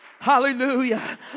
hallelujah